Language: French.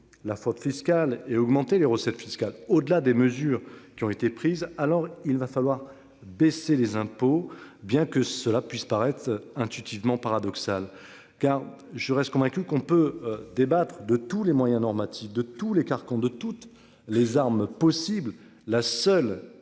la fraude fiscale et augmenter les recettes fiscales au-delà des mesures qui ont été prises. Alors il va falloir baisser les impôts, bien que cela puisse paraître intuitivement paradoxal car je reste convaincu qu'on peut débattre de tous les moyens normatif de tous les carcans de toutes les armes possibles, la seule